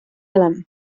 elam